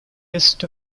list